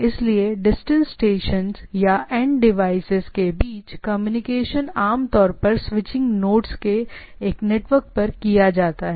इसलिए distance stations या end devices के बीच कम्युनिकेशन आमतौर पर स्विचिंग नोड्स के एक नेटवर्क पर किया जाता है